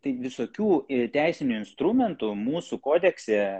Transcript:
tai visokių teisinių instrumentų mūsų kodekse